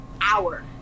hour